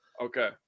Okay